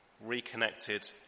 Reconnected